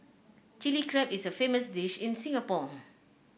Chilli Crab is a famous dish in Singapore